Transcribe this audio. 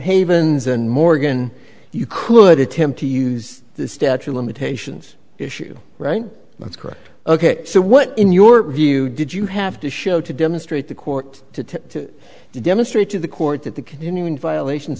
havens and morgan you could attempt to use the statue of limitations issue right that's correct ok so what in your view did you have to show to demonstrate the court to demonstrate to the court that the continuing violations